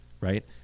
right